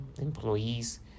employees